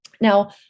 Now